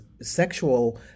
sexual